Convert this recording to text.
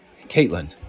Caitlin